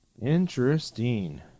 Interesting